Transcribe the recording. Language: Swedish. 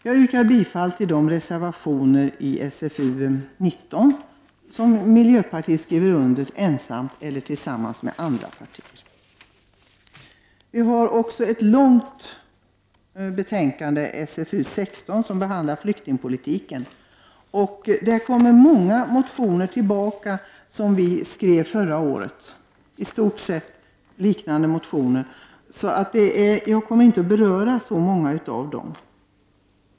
Jag yrkar bifall till de reservationer i SfU19 som miljöpartiet har skrivit under ensamt eller tillsammans med andra partier. Vi skall här nu också behandla det omfattande betänkandet SfU16, som även det rör flyktingpolitiken. I det betänkandet behandlas många motioner som i stort sett är likalydande med dem som vi skrev förra året. Jag kommer därför inte att beröra så många av dem.